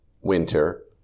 winter